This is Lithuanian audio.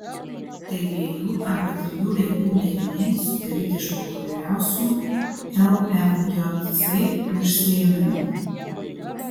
tai dviejų arba trijų veiklų deriniai sudaryti iš populiariausių lvjc užsiėmimų